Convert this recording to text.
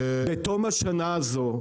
בתום השנה הזאת,